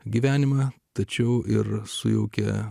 gyvenimą tačiau ir sujaukė